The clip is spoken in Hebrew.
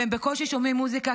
והם בקושי שומעים מוזיקה,